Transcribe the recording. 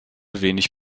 wenig